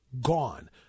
gone